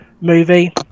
movie